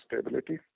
stability